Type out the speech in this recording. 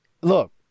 look